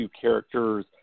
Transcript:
characters